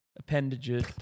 Appendages